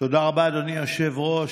תודה רבה, אדוני היושב-ראש.